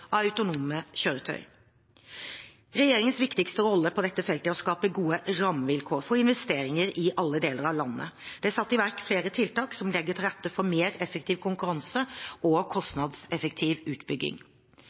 autonome kjøretøy. Regjeringens viktigste rolle på dette feltet er å skape god rammevilkår for investeringer i alle deler av landet. Det er satt i verk flere tiltak som legger til rette for mer effektiv konkurranse og